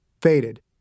faded